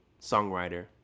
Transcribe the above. songwriter